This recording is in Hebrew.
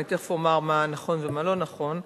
אני תיכף אומר מה נכון ומה לא נכון.